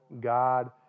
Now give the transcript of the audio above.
God